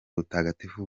butagatifu